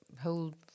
whole